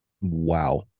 Wow